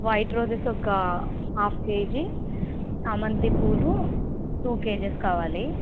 white roses ఒక half KG చామంతి పూలు టూ కేజీస్ కావాలి